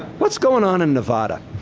what's going on in nevada?